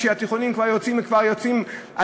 כשהתיכונים כבר יוצאים לחופש,